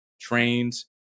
trains